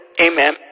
Amen